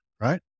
Right